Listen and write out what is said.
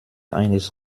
eines